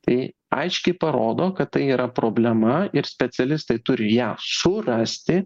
tai aiškiai parodo kad tai yra problema ir specialistai turi ją surasti